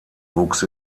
wuchs